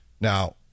Now